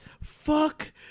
fuck